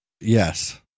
Yes